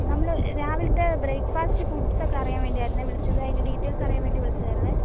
നമ്മൾ രാവിലത്തെ ബ്രേക്ഫാസ്റ്റ് ഫുഡ്സൊക്കെ അറിയാൻ വേണ്ടി ആയിരുന്നു വിളിച്ചത് അതിൻ്റെ ഡീറ്റെയിൽസ് അറിയാൻ വേണ്ടി വിളിച്ചതായിരുന്നേ